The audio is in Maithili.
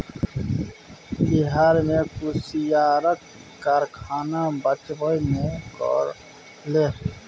बिहार मे कुसियारक कारखाना बचबे नै करलै